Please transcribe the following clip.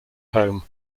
home